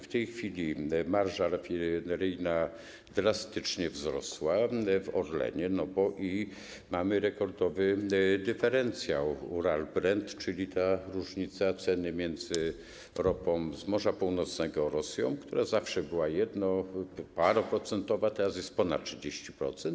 W tej chwili marża rafineryjna drastycznie wzrosła w Orlenie, bo mamy rekordowy dyferencjał Ural/Brent, czyli ta różnica ceny między ropą z Morza Północnego a Rosją, która zawsze była jedno-, paroprocentowa, teraz wynosi ponad 30%.